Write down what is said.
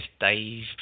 Dave